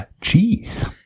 cheese